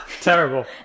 Terrible